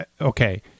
okay